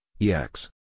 EX